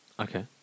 Okay